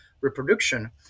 reproduction